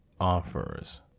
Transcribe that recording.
offers